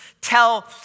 tell